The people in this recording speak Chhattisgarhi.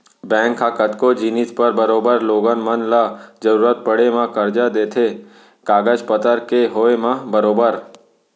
बैंक ह कतको जिनिस बर बरोबर लोगन मन ल जरुरत पड़े म करजा देथे कागज पतर के होय म बरोबर